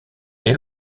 est